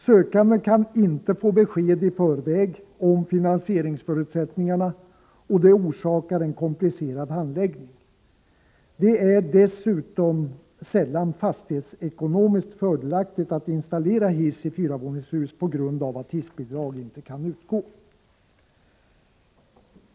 Sökande kan inte få besked i förväg om finansieringsförutsättningarna, vilket orsakar en komplicerad handläggning. Det är dessutom sällan fastighetsekonomiskt fördelaktigt att installera hiss i fyravåningshus på grund av att hissbidrag inte kan utgå.